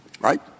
Right